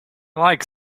like